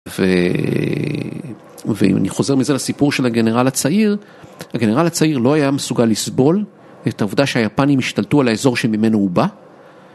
ואם אני חוזר מזה לסיפור של הגנרל הצעיר, הגנרל הצעיר לא היה מסוגל לסבול את העובדה שהיפנים השתלטו על האזור שממנו הוא בא.